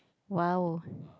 !wow!